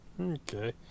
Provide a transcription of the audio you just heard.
Okay